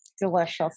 Delicious